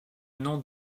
nom